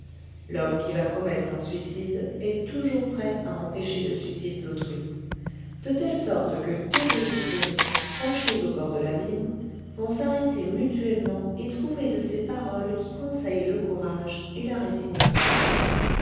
l'homme qui va commettre un suicide est toujours prêt à empêcher le suicide d'autrui de telle sorte que deux désespérés penchés au bord de l'abîme vont s'arrêter mutuellement et trouver de ces paroles qui conseillent le courage et la résignation